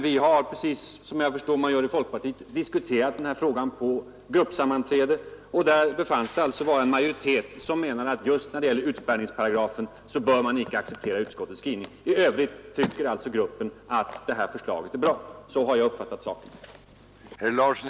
Vi har, precis som jag förstår att man gör i folkpartiet, diskuterat denna fråga på gruppsammanträde, och där befanns det vara en majoritet som menar att när det gäller utspärrningsparagrafen bör man icke acceptera utskottets skrivning. I övrigt tycker alltså gruppen att detta förslag är bra. Så har jag uppfattat saken.